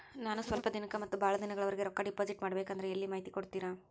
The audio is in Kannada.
ನಾನು ಸ್ವಲ್ಪ ದಿನಕ್ಕ ಮತ್ತ ಬಹಳ ದಿನಗಳವರೆಗೆ ರೊಕ್ಕ ಡಿಪಾಸಿಟ್ ಮಾಡಬೇಕಂದ್ರ ಎಲ್ಲಿ ಮಾಹಿತಿ ಕೊಡ್ತೇರಾ?